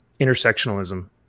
intersectionalism